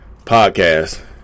podcast